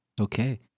Okay